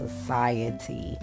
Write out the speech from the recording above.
society